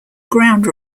ground